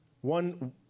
One